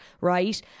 ...right